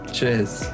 Cheers